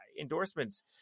endorsements